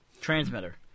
transmitter